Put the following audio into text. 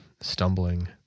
stumbling